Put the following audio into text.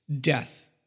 Death